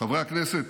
חברי הכנסת,